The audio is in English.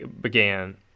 began